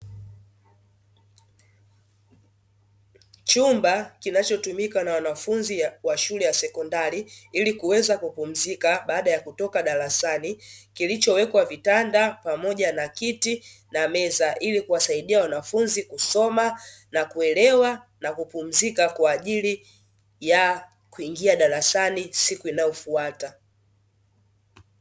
Chumba kinachotumika na wanafunzi wa shule ya sekondari, ili kuweza kupumzika baada ya kutoka darasani; kilichowekwa vitanda pamoja na kiti na meza ili kuwasaidia wanafunzi kusoma, na kuelewa, na kupumzika kwa ajili ya kuingia darasani siku inayofuata.